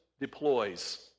deploys